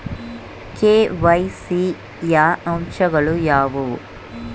KYC ಯ ಅಂಶಗಳು ಯಾವುವು?